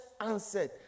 answered